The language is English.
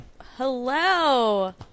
Hello